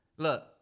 Look